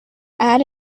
add